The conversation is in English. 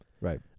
Right